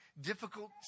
difficult